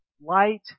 Light